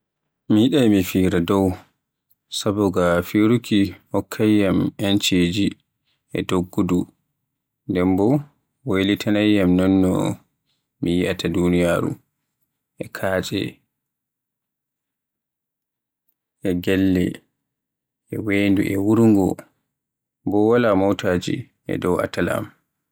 Mi yiɗi mi fira dow, saboga firuuki hokkay yam yenci ji, e doggudu, nden bo waylitanay yam non no mi yi'ata duniyaaru e katce, e gelle e wendu e wurngo, bo wala motaaji e dow atal am.